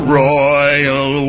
royal